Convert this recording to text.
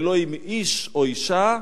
ולא אם איש או אשה,